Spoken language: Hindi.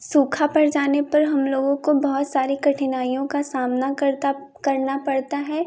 सूखा पड़ जाने पर हम लोगों को बहुत सारे कठिनाइयों का सामना करता करना पड़ता है